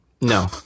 No